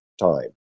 time